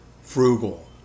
frugal